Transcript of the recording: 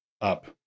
up